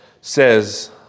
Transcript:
says